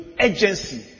agency